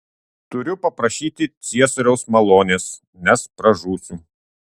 turiu paprašyti ciesoriaus malonės nes pražūsiu